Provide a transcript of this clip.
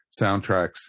soundtracks